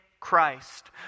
christ